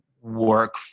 work